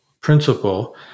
principle